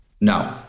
No